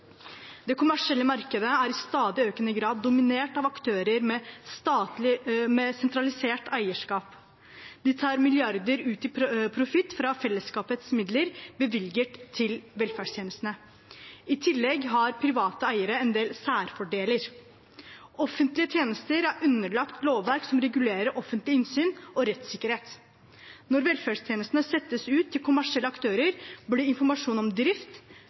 Det kommersielle markedet er i stadig økende grad dominert av aktører med sentralisert eierskap. De tar milliarder ut i profitt fra fellesskapets midler bevilget til velferdstjenestene. I tillegg har private eiere en del særfordeler. Offentlige tjenester er underlagt lovverk som regulerer offentlig innsyn og rettssikkerhet. Når velferdstjenestene settes ut til kommersielle aktører, blir informasjon om drift,